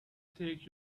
take